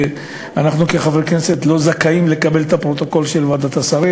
שאנחנו כחברי כנסת לא זכאים לקבל את הפרוטוקול של ועדת השרים.